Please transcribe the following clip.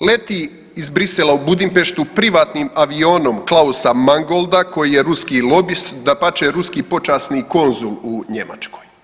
leti iz Bruxellesa u Budimpeštu privatnim avionom Klausa Mangolda koji je ruski lobist dapače ruski počasni konzul u Njemačkoj.